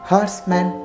Horseman